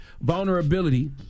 vulnerability